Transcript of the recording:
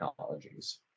technologies